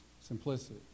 simplicity